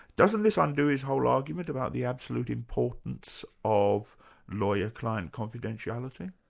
doesn't this undo his whole argument about the absolute importance of lawyer-client confidentiality?